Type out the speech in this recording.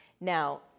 Now